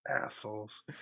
Assholes